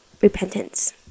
repentance